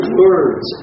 words